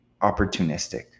opportunistic